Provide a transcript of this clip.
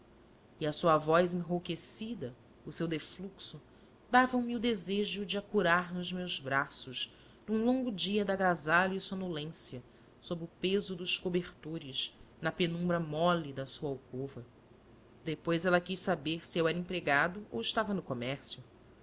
e a sua voz enrouquecida o seu defluxo davam me o desejo de a curar nos meus braços de um longo dia de agasalho e sonolência sob o peso dos cobertores na penumbra mole da sua alcova depois ela quis saber se eu era empregado ou estava no comércio